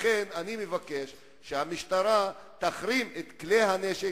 לכן אני מבקש שהמשטרה תחרים את כלי הנשק.